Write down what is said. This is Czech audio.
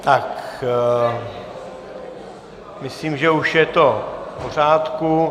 Tak myslím, že už je to v pořádku.